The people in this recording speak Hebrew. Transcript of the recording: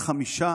חמישה